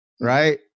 right